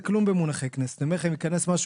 וכמובן הסמכות המקצועית בתחום שלפיה קובעים,